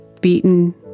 beaten